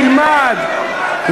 תלמד,